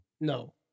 No